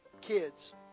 kids